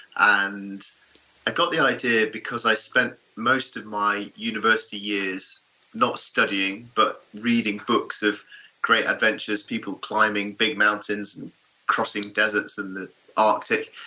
and i got the idea because i spent most of my university years not studying but reading books about great adventurers, people climbing big mountains and crossing deserts and the artic.